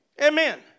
Amen